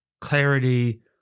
clarity